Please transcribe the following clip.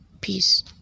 Peace